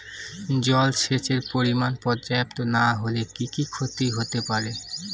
জলসেচের পরিমাণ পর্যাপ্ত না হলে কি কি ক্ষতি হতে পারে?